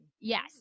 Yes